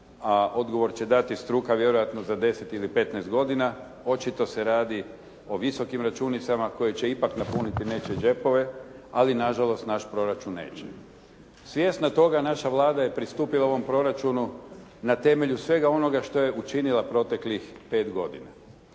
a odgovor će dati struka vjerojatno za 10 ili 15 godina, očito se radi o visokim računicama koje će ipak napuniti nečije džepove, ali na žalost naš proračun neće. Svjesna toga, naša Vlada je pristupila ovom proračunu na temelju svega onoga što je učinila proteklih 5 godina